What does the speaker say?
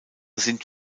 sind